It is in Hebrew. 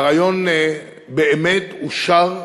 והרעיון באמת אושר,